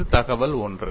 அது தகவல் எண் 1